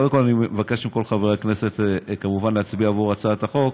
קודם כול אני מבקש מכל חברי הכנסת כמובן להצביע עבור הצעת החוק.